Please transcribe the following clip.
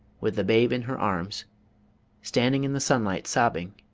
with the babe in her arms standing in the sunlight sobbing